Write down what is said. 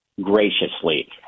graciously